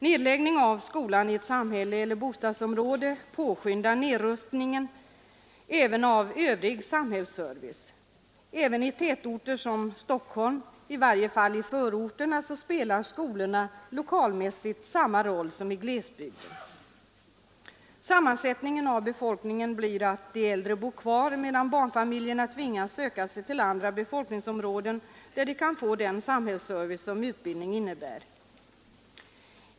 Nedläggning av skolan i ett samhälle eller bostadsområde påskyndar nedrustningen av den övriga samhällsservicen. Även i tätorter som Stockholm — i varje fall i förorterna — spelar skolorna lokalt samma roll som i glesbygden. För sammansättningen av befolkningen medför en nedläggning att de äldre bor kvar, medan barnfamiljerna tvingas söka sig till områden där de kan få den samhällsservice som utbildning innebär.